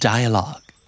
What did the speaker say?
Dialogue